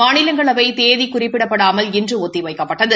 மாநிலங்களவை தேதி குறிப்பிடப்படாமல் இன்று ஒத்தி வைக்கப்பட்டது